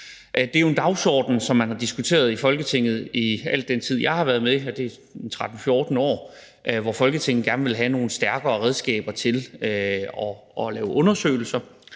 Det er jo en dagsorden, som man har diskuteret i Folketinget i al den tid, jeg har været med, og det er 13-14 år. Folketinget vil gerne have nogle stærkere redskaber til at lave undersøgelser,